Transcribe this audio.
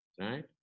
Right